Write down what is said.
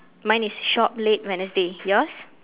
mine is shop late wednesday yours